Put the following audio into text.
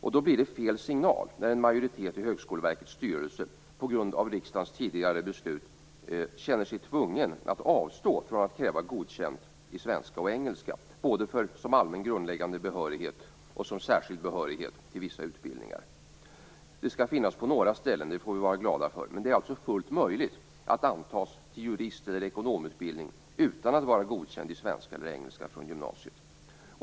Det blir då fel signal när en majoritet i Högskoleverkets styrelse på grund av riksdagens tidigare beslut känner sig tvungen att avstå från att kräva godkänt i svenska och engelska både som allmän grundläggande behörighet och som särskilt behörighet till vissa utbildningar. Det skall dock finnas på några ställen, och det får vi vara glada för. Men det är alltså fullt möjligt att antas till jurist eller ekonomutbildning utan att vara godkänd i svenska eller engelska från gymnasiet.